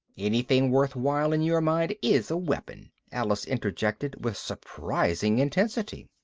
anything worthwhile in your mind is a weapon! alice interjected with surprising intensity.